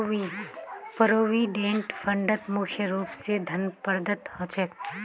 provident फंडत मुख्य रूप स धन प्रदत्त ह छेक